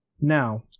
now